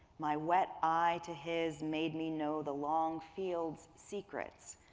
my wet eye to his made me know the long field's secrets.